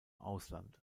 ausland